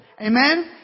amen